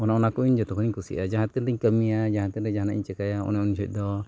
ᱚᱱᱟ ᱚᱱᱟᱠᱚ ᱡᱚᱛᱚ ᱠᱷᱚᱡ ᱤᱧ ᱠᱩᱥᱤᱭᱟᱜᱼᱟ ᱡᱟᱦᱟᱸᱛᱤᱱᱟᱹᱜ ᱤᱧ ᱠᱟᱢᱚᱤᱭᱟ ᱡᱟᱦᱟᱸ ᱛᱤᱱᱟᱹᱜ ᱡᱟᱦᱟᱱᱟᱜ ᱤᱧ ᱪᱤᱠᱟᱭᱟ ᱚᱱᱮ ᱩᱱ ᱡᱚᱦᱚᱡ ᱫᱚ